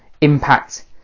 impact